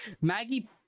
Maggie